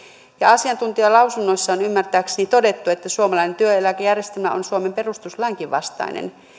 asiantuntijalausunnoissa on ymmärtääkseni todettu että suomalainen työeläkejärjestelmä on suomen perustuslainkin vastainen